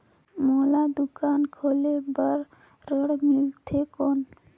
मोला दुकान खोले बार ऋण मिलथे कौन?